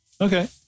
Okay